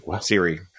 siri